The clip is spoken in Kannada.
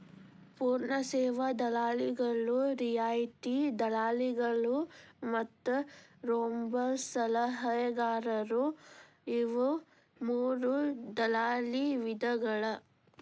ಪೂರ್ಣ ಸೇವಾ ದಲ್ಲಾಳಿಗಳು, ರಿಯಾಯಿತಿ ದಲ್ಲಾಳಿಗಳು ಮತ್ತ ರೋಬೋಸಲಹೆಗಾರರು ಇವು ಮೂರೂ ದಲ್ಲಾಳಿ ವಿಧಗಳ